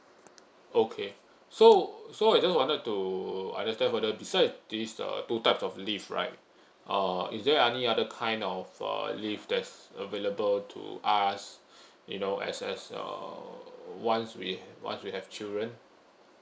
okay so so I just wanted to understand further beside this uh two types of leave right uh is there any other kind of uh leave that's available to us you know as as uh once we once we have children